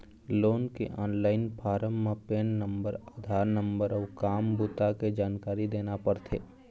loan के online form म PAN number, Aadhaar number अउ काम बूता के जानकारी देना परथे